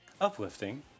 uplifting